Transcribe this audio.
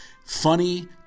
Funny